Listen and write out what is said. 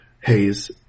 haze